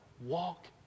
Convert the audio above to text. walk